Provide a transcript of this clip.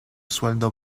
sueldo